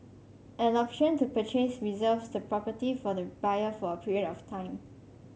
an option to purchase reserves the property for the buyer for a period of time